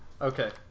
Okay